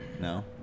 No